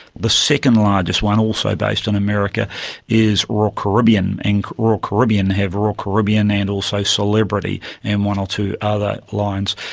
the second largest one also based in america is royal caribbean and royal caribbean have royal caribbean and also celebrity and one or two other lines.